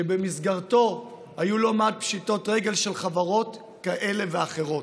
שבמסגרתו היו לא מעט פשיטות רגל של חברות כאלה ואחרות.